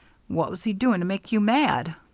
what was he doing to make you mad?